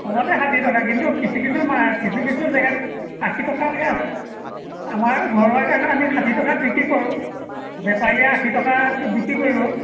কমতে ষাঠি টকা কিন্তু কিছু কিছু মা কিছু কিছু জেগাত আশী টকাকৈ আছে আমাৰ ঘৰুৱা কাৰণে আমি ষাঠি টকাত বিক্ৰী কৰোঁ বেপাৰীয়ে আশী টকাত বিক্ৰী কৰিব